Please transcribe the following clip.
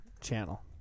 channel